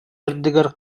ардыгар